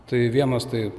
tai vienas tai